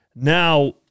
Now